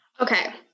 Okay